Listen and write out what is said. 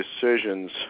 decisions